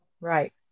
Right